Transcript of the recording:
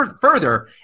Further